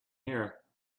here